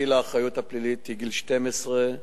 גיל האחריות הפלילית הוא גיל 12,